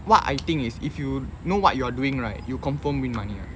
what I think is if you know what you're doing right you confirm win money [one]